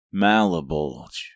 Malabulge